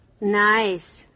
Nice